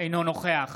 אינו נוכח